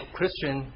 Christian